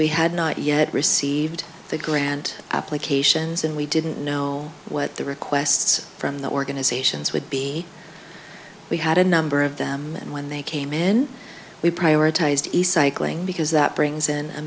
we had not yet received the grant applications and we didn't know what the requests from the organizations would be we had a number of them and when they came in we prioritized cycling because that brings in a